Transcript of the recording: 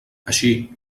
així